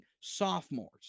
sophomores